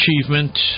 achievement